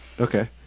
Okay